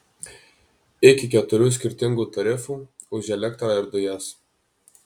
iki keturių skirtingų tarifų už elektrą ir dujas